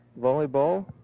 volleyball